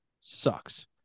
sucks